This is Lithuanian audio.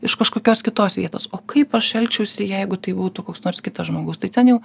iš kažkokios kitos vietos o kaip aš elgčiausi jeigu tai būtų koks nors kitas žmogus tai ten jau